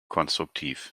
konstruktiv